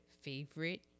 favorite